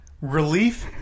Relief